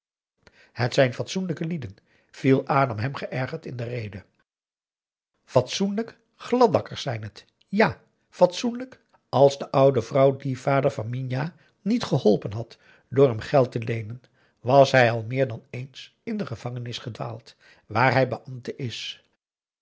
het zijn fatsoenlijke lieden viel adam hem geërgerd in de rede fatsoenlijk gladakkers zijn het ja fatsoenlijk als de oude vrouw dien vader van minah niet geholpen had door hem geld te leenen was hij al meer dan eens in de gevangenis gedwaald waar hij beambte is